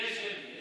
יהיה שמית.